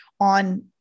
on